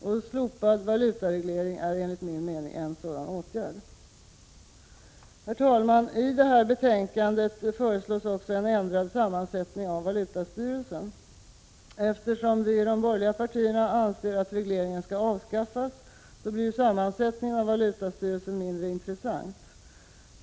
Ett slopande av valutaregleringen är enligt min mening en sådan åtgärd. Herr talman! I betänkandet föreslås också en ändring av sammansättningen av valutastyrelsen. Eftersom de borgerliga partierna anser att regleringen skall avskaffas blir sammansättningen av valutastyrelsen mindre intressant.